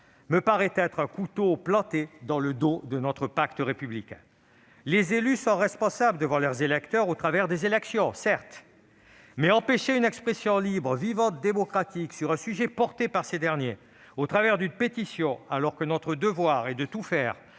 municipal est un couteau planté dans le dos de notre pacte républicain. Les élus sont certes responsables devant leurs électeurs au travers des élections, mais empêcher une expression libre, vivante, démocratique sur un sujet porté par ces derniers au travers d'une pétition, alors que notre devoir est de tout faire